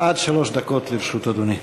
עד שלוש דקות לרשות אדוני.